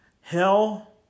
Hell